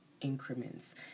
increments